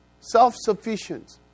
self-sufficient